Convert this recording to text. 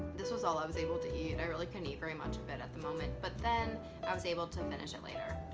this was all i was able to eat. i really couldn't eat very much um at the moment but then i was able to finish it later.